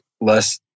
less